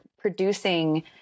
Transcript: producing